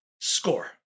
Score